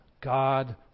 God